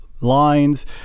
lines